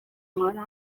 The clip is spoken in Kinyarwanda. nkora